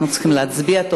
אנחנו צריכים להצביע.